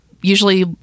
usually